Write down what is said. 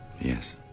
Yes